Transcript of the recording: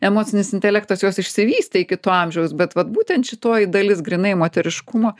emocinis intelektas jos išsivystė iki to amžiaus bet vat būtent šitoji dalis grynai moteriškumo